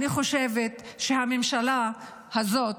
אני חושבת שהממשלה הזו,